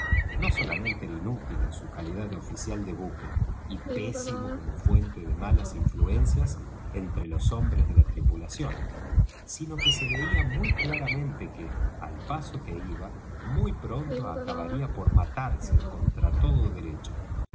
no solamente era inútil en su calidad de oficial del buque y pésimo como fuente de malas influencias entre los hombres de la tripulación sino que se veía muy claramente que al paso que iba muy pronto acabaría por matarse contra todo derecho